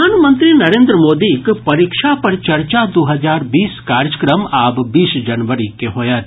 प्रधानमंत्री नरेन्द्र मोदीक परीक्षा पर चर्चा दू हजार बीस कार्यक्रम आब बीस जनवरी के होयत